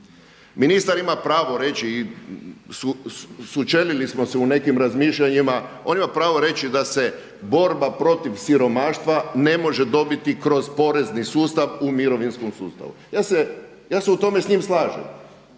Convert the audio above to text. on ima pravo reći da se borba protiv siromaštva ne može dobiti kroz porezni sustav u mirovinskom sustavu. Ja se u tome s njim slažem,